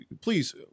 Please